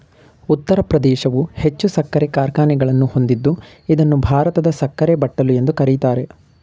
ಉತ್ತರ ಪ್ರದೇಶವು ಹೆಚ್ಚು ಸಕ್ಕರೆ ಕಾರ್ಖಾನೆಗಳನ್ನು ಹೊಂದಿದ್ದು ಇದನ್ನು ಭಾರತದ ಸಕ್ಕರೆ ಬಟ್ಟಲು ಎಂದು ಕರಿತಾರೆ